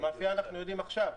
על המאפיה אנחנו יודעים עכשיו,